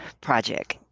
project